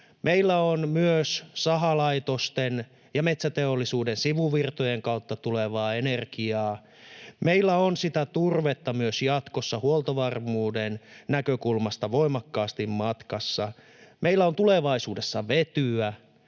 meillä on myös sahalaitosten ja metsäteollisuuden sivuvirtojen kautta tulevaa energiaa, meillä on sitä turvetta myös jatkossa huoltovarmuuden näkökulmasta voimakkaasti matkassa, meillä on tulevaisuudessa vetyä,